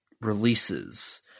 releases